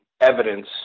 evidence